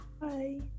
Bye